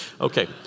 Okay